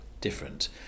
different